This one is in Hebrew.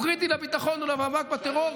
הוא קריטי לביטחון ולמאבק בטרור,